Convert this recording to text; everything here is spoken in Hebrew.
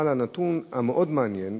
אבל הנתון המאוד מעניין,